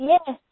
Yes